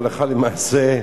הלכה למעשה,